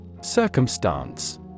Circumstance